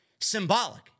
symbolic